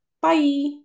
bye